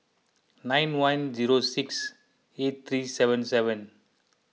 nine one zero six eight three seven seven